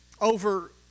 Over